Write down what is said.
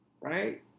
Right